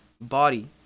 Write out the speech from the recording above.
body